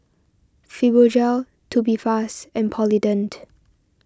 Fibogel Tubifast and Polident